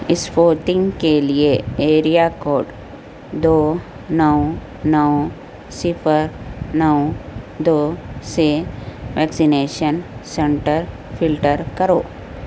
Sputnik کے لیے area code دو نو نو صفر نو دو سے ویکسینیشن سنٹر فلٹر کرو